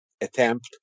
attempt